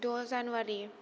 द' जानुवारी